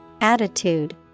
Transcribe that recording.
attitude